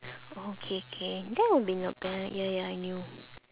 okay K that will be not bad ya ya I knew